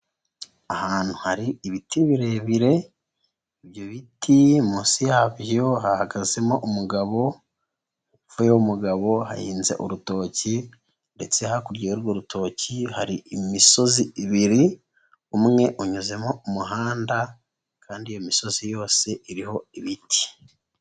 Ahantu hari ibiti birebire ibyo biti munsi yabyo hahagazemo umugabo hepfo y'uwo mugabo hahinze urutoki ndetse hakurya y'urwo rutoki hari imisozi ibiri umwe unyuzemo umuhanda kandi iyo misozi yose iriho ibiti.